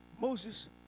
Moses